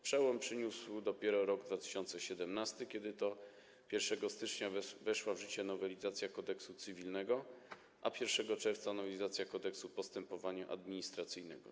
Przełom przyniósł dopiero rok 2017, kiedy to 1 stycznia weszła w życie nowelizacja Kodeksu cywilnego, a 1 czerwca - nowelizacja Kodeksu postępowania administracyjnego.